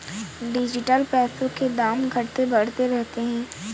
digital पैसों के दाम घटते बढ़ते रहते हैं